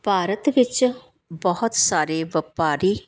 ਭਾਰਤ ਵਿੱਚ ਬਹੁਤ ਸਾਰੇ ਵਪਾਰੀ